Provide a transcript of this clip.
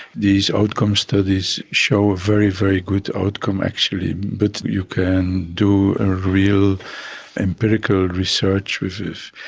these outcome studies show a very, very good outcome actually, that you can do ah real empirical research with this.